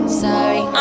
sorry